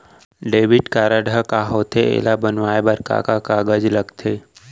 Debit card ह का होथे एला बनवाए बर का का कागज लगथे?